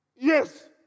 Yes